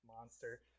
monster